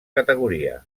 categoria